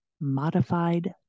Modified